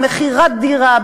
על מכירת דירה,